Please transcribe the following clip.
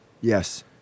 Yes